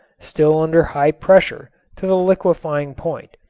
still under high pressure, to the liquefying point.